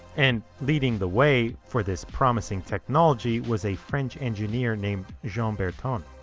and leading the way for this promising technology was a french engineer named jean bertin.